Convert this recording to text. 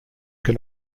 can